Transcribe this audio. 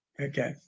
Okay